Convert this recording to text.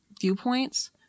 viewpoints